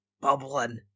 bubbling